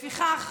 לפיכך,